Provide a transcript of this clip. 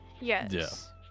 Yes